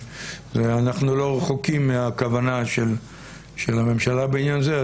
אנחנו לא רחוקים מהכוונה של הממשלה בעניין זה.